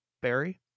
Barry